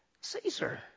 Caesar